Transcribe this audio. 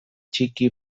txiki